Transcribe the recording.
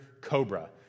cobra